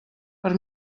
per